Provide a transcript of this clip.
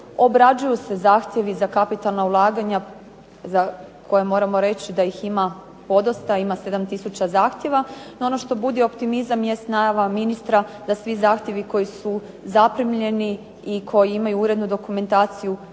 obrađuju se zahtjevi za kapitalna ulaganja, za koje možemo reći da ih ima podosta, ima 7000 zahtjeva. NO, ono što budi optimizam je najava ministra da svi zahtjevi koji su zaprimljeni i koji imaju urednu dokumentaciju